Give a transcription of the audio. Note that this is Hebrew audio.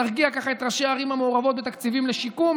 נרגיע ככה את ראשי הערים המעורבות בתקציבים לשיקום,